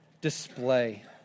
display